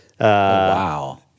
Wow